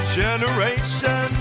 generation